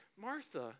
Martha